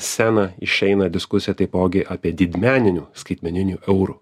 sceną išeina diskusija taipogi apie didmeninių skaitmeninių eurų